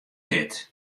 dit